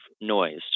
noise